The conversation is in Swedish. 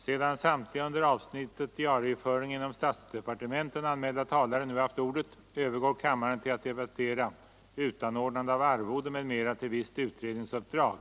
Sedan samtliga under avsnittet Diarieföringen inom statsdepartementen anmälda talare nu haft ordet övergår kammaren till att debattera Utanordnande av arvode m.m. för visst utredningsuppdrag.